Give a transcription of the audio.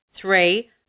three